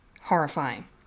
horrifying